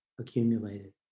accumulated